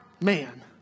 man